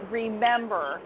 remember